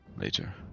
later